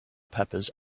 peppers